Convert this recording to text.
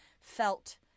felt